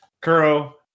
Kuro